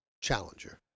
challenger